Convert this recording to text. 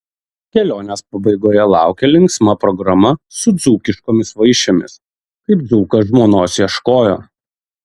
kelionės pabaigoje laukė linksma programa su dzūkiškomis vaišėmis kaip dzūkas žmonos ieškojo